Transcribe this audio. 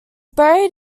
buried